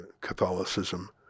Catholicism